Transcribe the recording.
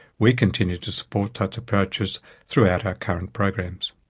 we continue to support such approaches throughout our current programs.